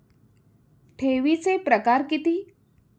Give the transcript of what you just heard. ठेवीचे प्रकार किती?